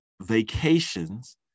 vacations